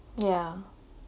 yeah